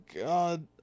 god